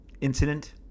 incident